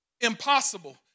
impossible